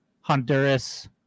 Honduras